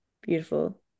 beautiful